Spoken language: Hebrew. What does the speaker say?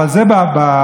אבל זה בגדול.